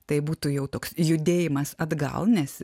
tai būtų jau toks judėjimas atgal nes